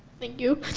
thank you.